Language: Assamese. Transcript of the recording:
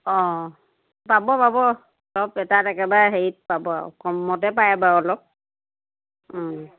অঁ পাব পাব এটা এটাকে একেবাৰে হেৰিত পাব আৰু কমতে পায় বাৰু অলপ